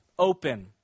open